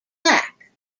black